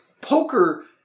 Poker